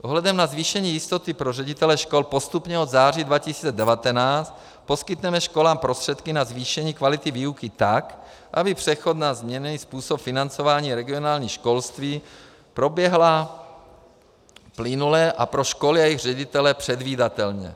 S ohledem na zvýšení jistoty pro ředitele škol postupně od září 2019 poskytneme školám prostředky na zvýšení kvality výuky tak, aby přechod na změněný způsob financování regionálního školství proběhl plynule a pro školy a jejich ředitele předvídatelně.